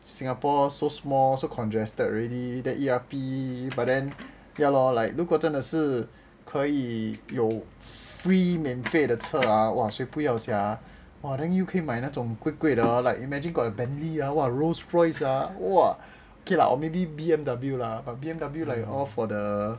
singapore so small so congested already then E_R_P but then ya lor like 如果真是可以有 free 免费的车啊谁不要 sia !wah! then 又可以买那种贵贵的 ah like imagine got Bentley ah Rolls-Royce ah !wah! okay lah or maybe like the B_M_W ah but B_M_W like all for the